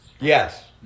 Yes